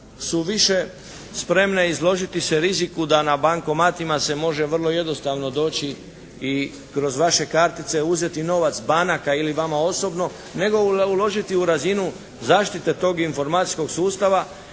su više spremne izložiti se riziku da na bankomatima se može vrlo jednostavno doći i kroz vaše kartice uzeti novac banaka ili vama osobno nego uložiti u razinu zaštite tog informacijskog sustava